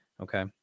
Okay